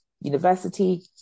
university